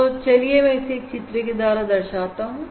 तो चाहिए मैं इसे एक चित्र के द्वारा दर्शाता हूं